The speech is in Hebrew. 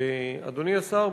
אדוני השר,